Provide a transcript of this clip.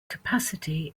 capacity